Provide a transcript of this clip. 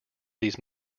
these